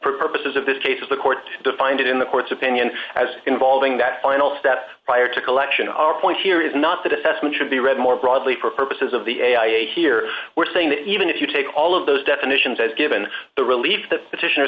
purposes of this case is the court defined in the court's opinion as involving that final status prior to collection our point here is not that assessment should be read more broadly for purposes of the a i a here we're saying that even if you take all of those definitions as given the relief the petition o